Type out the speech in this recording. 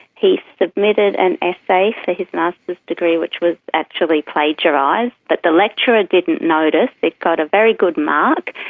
he submitted an essay for his masters degree which was actually plagiarised, but the lecturer didn't notice, it got a very good mark,